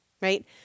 right